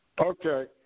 Okay